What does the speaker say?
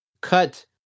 cut